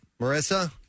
Marissa